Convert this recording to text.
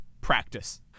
practice